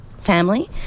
family